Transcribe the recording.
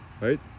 right